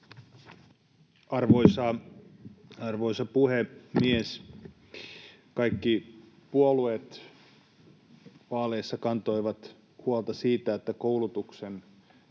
Arvoisa puhemies! Kaikki puolueet vaaleissa kantoivat huolta siitä, että koulutuksen